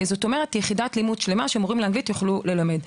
זו יחידת לימוד שלמה שמורים לאנגלית יוכלו ללמד.